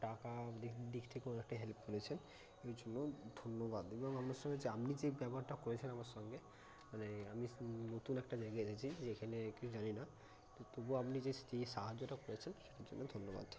টাকা দিক দিক থেকেও একটা হেল্প করেছেন ওই জন্যও ধন্যবাদ এবং আমার সঙ্গে যে আপনি যে ব্যবহারটা করেছেন আমার সঙ্গে মানে আমি নতুন একটা জায়গায় গেছি যেখানে কিছু জানি না তো তবু আপনি যে সে যেই সাহায্যটা করেছেন সেটার জন্য ধন্যবাদ